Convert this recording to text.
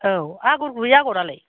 औ आगरगुबै आगरालाय